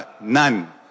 None